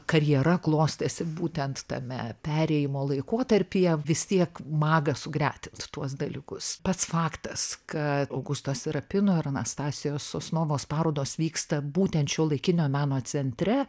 karjera klostėsi būtent tame perėjimo laikotarpyje vis tiek maga sugretint tuos dalykus pats faktas kad augusto serapino ir anastasijos sosunovos parodos vyksta būtent šiuolaikinio meno centre